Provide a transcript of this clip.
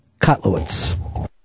Kotlowitz